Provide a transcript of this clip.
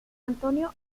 antonio